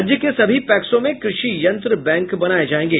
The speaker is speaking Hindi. राज्य के सभी पैक्सों में कृषि यंत्र बैंक बनाये जायेंगे